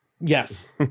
Yes